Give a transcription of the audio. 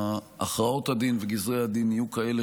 הכרעות הדין וגזרי הדין יהיו כאלה